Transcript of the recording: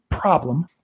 problem